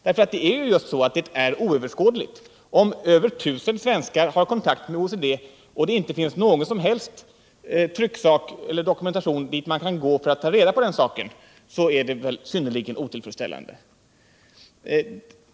Detta samarbete blir ju oöverskådligt om det, trots att över 1 000 svenskar har kontakt med OECD, inte finns någon som helst trycksak eller dokumentation som man kan anlita för att ta reda på hur det förhåller sig med detta. Det är synnerligen otillfredsställande.